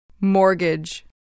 mortgage